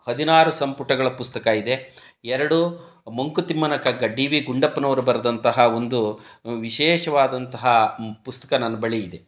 ಹದಿನಾರು ಸಂಪುಟಗಳ ಪುಸ್ತಕ ಇದೆ ಎರಡು ಮಂಕುತಿಮ್ಮನ ಕಗ್ಗ ಡಿ ವಿ ಗುಂಡಪ್ಪನವರು ಬರೆದಂತಹ ಒಂದು ವಿಶೇಷವಾದಂತಹ ಪುಸ್ತಕ ನನ್ನ ಬಳಿ ಇದೆ